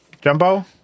Jumbo